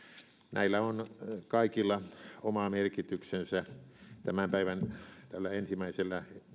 näillä kaikilla on oma merkityksensä tämän päivän ensimmäisellä